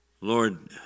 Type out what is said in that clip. Lord